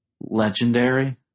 legendary